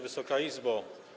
Wysoka Izbo!